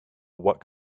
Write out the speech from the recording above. what